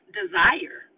desire